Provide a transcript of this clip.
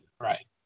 right